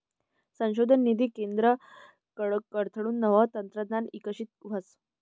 संशोधन निधी केंद्रकडथून नवं तंत्रज्ञान इकशीत व्हस